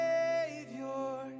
Savior